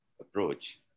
approach